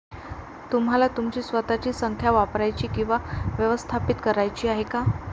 तुम्हाला तुमची स्वतःची संख्या वापरायची किंवा व्यवस्थापित करायची आहे का?